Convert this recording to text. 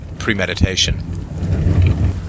premeditation